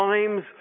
Times